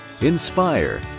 inspire